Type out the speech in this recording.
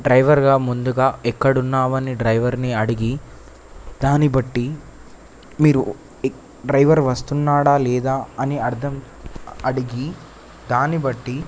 డ్రైవర్గా ముందుగా ఎక్కడ ఉన్నావని డ్రైవర్ని అడిగి దాన్ని బట్టి మీరు డ్రైవర్ వస్తున్నాడా లేదా అని అర్థం అడిగి దాన్ని బట్టి